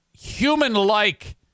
human-like